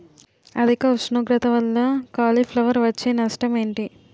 అధిక ఉష్ణోగ్రత వల్ల కాలీఫ్లవర్ వచ్చే నష్టం ఏంటి?